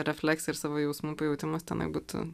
refleksija ir savo jausmų pajautimas tenai būtų